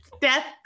death